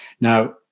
Now